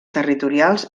territorials